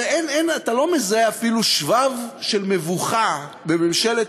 אתה לא מזהה אפילו שבב של מבוכה בממשלת